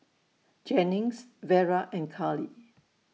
Jennings Vera and Carly